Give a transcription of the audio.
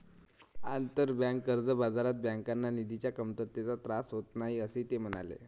आंतरबँक कर्ज बाजारात बँकांना निधीच्या कमतरतेचा त्रास होत नाही, असेही ते म्हणाले